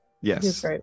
yes